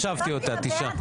לא החשבתי אותה, תשעה.